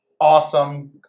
awesome